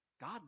God